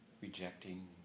rejecting